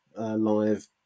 live